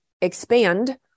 expand